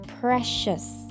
precious